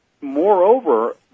moreover